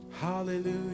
Hallelujah